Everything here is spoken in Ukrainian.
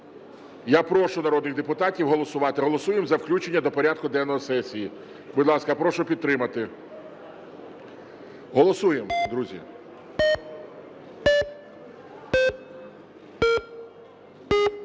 Я прошу народних депутатів голосувати. Голосуємо за включення до порядку денного сесії. Будь ласка, прошу підтримати. Голосуємо, друзі.